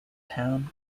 town